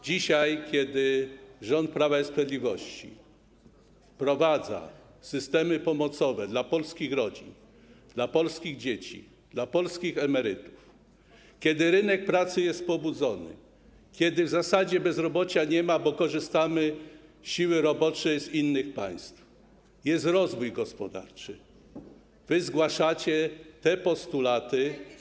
Dzisiaj, kiedy rząd Prawa i Sprawiedliwości wprowadza systemy pomocowe dla polskich rodzin, na polskich dzieci, dla polskich emerytów, kiedy rynek pracy jest pobudzony, kiedy w zasadzie nie ma bezrobocia, bo korzystamy z siły roboczej z innych państw, jest rozwój gospodarczy, zgłaszacie postulaty.